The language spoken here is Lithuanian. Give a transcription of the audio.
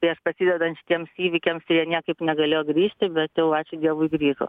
prieš prasidedant šitiems įvykiams ir jie niekaip negalėjo grįžti bet jau ačiū dievui grįžo